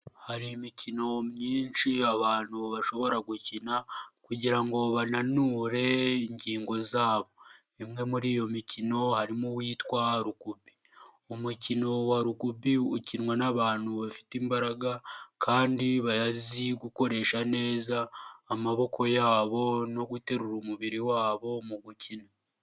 Hari imikino myinshi abantu bashobora gukina kugira ngo bananure ingingo zabo. Imwe muri iyo mikino harimo uwitwa rugubi. Umukino wa rugbubi ukinwa n'abantu bafite imbaraga kandi bazi gukoresha neza amaboko yabo no guterura umubiri wabo, mu gukina.